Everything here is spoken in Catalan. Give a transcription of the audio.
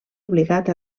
obligat